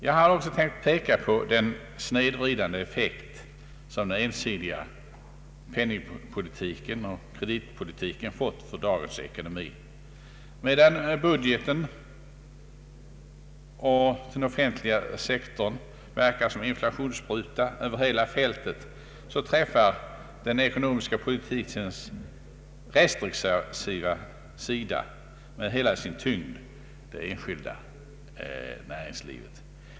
Jag har också tänkt peka på den snedvridande effekt som den ensidiga penningoch kreditpolitiken fått för dagens ekonomi. Medan budgeten och den offentliga sektorn verkar som en inflationsspruta över hela fältet, träffar den ekonomiska politikens restriktiva sida med hela sin tyngd det enskilda näringslivet.